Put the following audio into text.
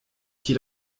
qui